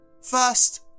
First